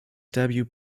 debut